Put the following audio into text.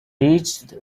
reached